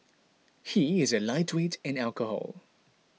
he is a lightweight in alcohol